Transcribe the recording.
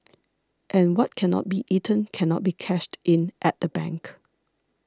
and what cannot be eaten cannot be cashed in at the bank